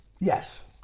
Yes